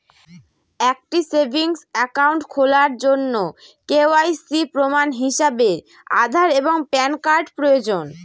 একটি savings account খোলার জন্য কে.ওয়াই.সি প্রমাণ হিসাবে আধার এবং প্যান কার্ড প্রয়োজন